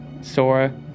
Sora